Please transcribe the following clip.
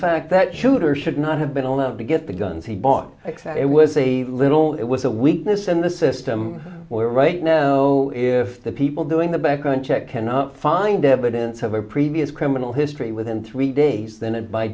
fact that shooter should not have been allowed to get the guns he bought except it was a little it was a weakness in the system where right now if the people doing the background check cannot find evidence of a previous criminal history within three days then it by